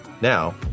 Now